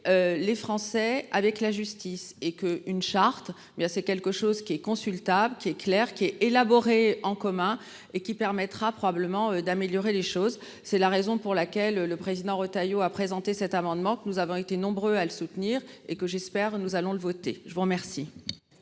Les Français avec la justice et que une charte bien c'est quelque chose qui est consultable qui est clair, qui est élaboré en commun et qui permettra probablement d'améliorer les choses. C'est la raison pour laquelle le président Retailleau a présenté cet amendement que nous avons été nombreux à le soutenir et que j'espère nous allons le voter. Je vous remercie.